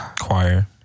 Choir